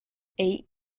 eight